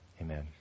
Amen